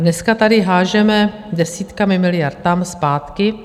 Dneska tady házíme desítkami miliard tam, zpátky.